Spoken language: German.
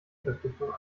verpflichtung